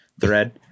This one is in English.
thread